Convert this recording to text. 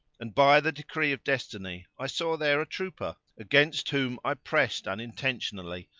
and by the decree of destiny i saw there a trooper against whom i pressed unintentionally,